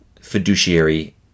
fiduciary